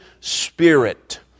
Spirit